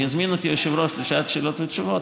אם יזמין אותי היושב-ראש לשעת שאלות ותשובות,